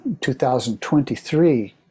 2023